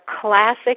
classic